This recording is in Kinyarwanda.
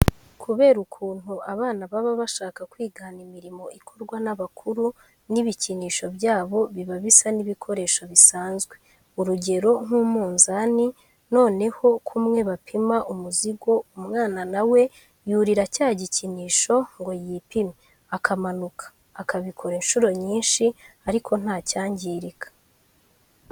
Kubera ukuntu abana baba bashaka kwigana imirimo ikorwa n'abakuru, n'ibikinisho byabo biba bisa n'ibikoresho bisanzwe, urugero nk'umunzani, noneho kumwe bapima umuzigo, umwana na we yurira cya gikinisho ngo yipime, akamanuka, akabikora inshuro nyinshi ariko nta cyangirika.